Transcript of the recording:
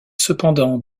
cependant